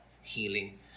healing